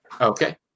Okay